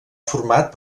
format